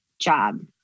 job